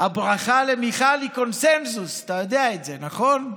הברכה למיכל היא קונסנזוס, אתה יודע את זה, נכון?